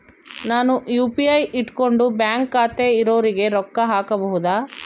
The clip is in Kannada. ನಾನು ಯು.ಪಿ.ಐ ಇಟ್ಕೊಂಡು ಬ್ಯಾಂಕ್ ಖಾತೆ ಇರೊರಿಗೆ ರೊಕ್ಕ ಹಾಕಬಹುದಾ?